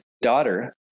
daughter